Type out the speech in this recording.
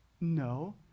No